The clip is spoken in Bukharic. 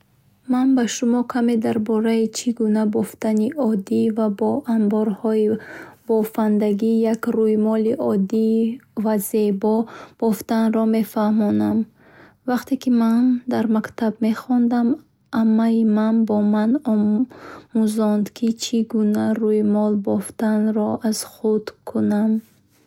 Ман шуморо каме дар бораи чӣ гуна бофтаи оддии ва бо анборхои бофанда, як руймол оддӣ ва зебо бофта шавад. Вакте ки ман дар мактаб мехондам аммаи ман бо ман омузонд ки чи гуна руймол бофтнро аз худ кунам.